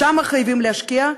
שם חייבים להשקיע.